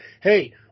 hey